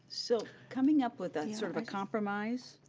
so coming up with a sort of a compromise,